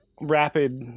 rapid